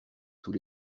sous